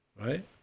right